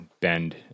bend